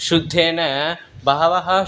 शुद्धेन बहवः